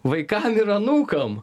vaikam ir anūkam